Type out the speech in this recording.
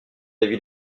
l’avis